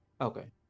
Okay